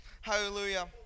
Hallelujah